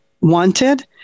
wanted